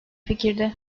fikirde